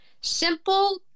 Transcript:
simple